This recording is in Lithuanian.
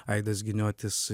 aidas giniotis